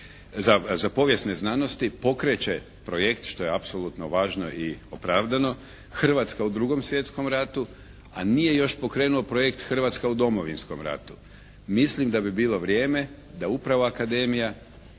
za povijesne znanosti pokreće projekt što je apsolutno važno i opravdano "Hrvatska u drugom svjetskom ratu" a nije još pokrenuo projekt "Hrvatska u Domovinskom ratu". Mislim da bi bilo vrijeme da upravo akademija